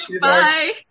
Bye